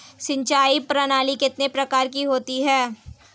सिंचाई प्रणाली कितने प्रकार की होती हैं?